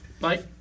Bye